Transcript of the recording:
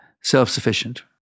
self-sufficient